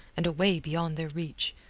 and away beyond their reach.